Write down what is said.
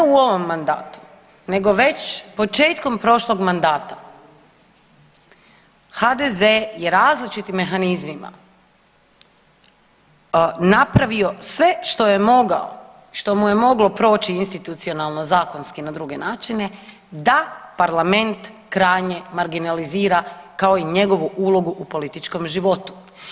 Ne u ovom mandatu, nego već početkom prošlog mandata, HDZ je različitim mehanizmima napravio sve što je mogao, što mu je moglo proći institucionalno, zakonski i na druge načine, da parlament krajnje marginalizira, kao i njegovu ulogu u političkom životu.